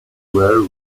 were